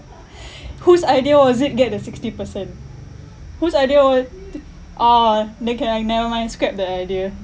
whose idea was it get the sixty percent whose idea wa~ to a'ah nah kay like nevermind scrap the idea